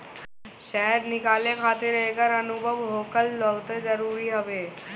शहद निकाले खातिर एकर अनुभव होखल बहुते जरुरी हवे